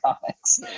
comics